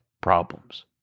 problems